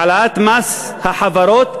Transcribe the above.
העלאת מס החברות,